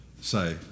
say